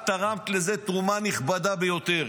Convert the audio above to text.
את תרמת לזה תרומה נכבד ביותר.